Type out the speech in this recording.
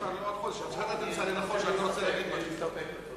לעוד שבוע, אני מציע להסתפק בדברים.